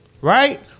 Right